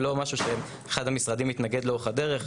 זה לא משהו שאחד המשרדים התנגד לאורך הדרך.